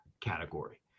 category